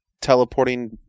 teleporting